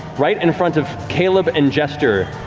right in front of caleb and jester,